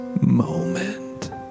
moment